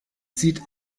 sieht